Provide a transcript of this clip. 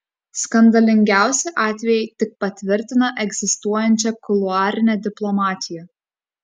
skandalingiausi atvejai tik patvirtina egzistuojančią kuluarinę diplomatiją